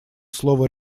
слово